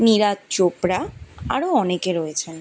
নীরজ চোপড়া আরও অনেকে রয়েছেন